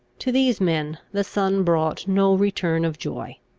to these men the sun brought no return of joy.